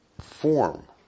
form